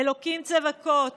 "ה' צבאות